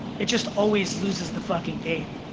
it just always loses the fucking game